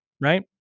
right